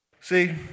See